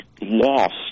lost